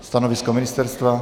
Stanovisko ministerstva?